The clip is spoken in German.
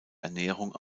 ernährung